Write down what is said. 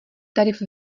tarif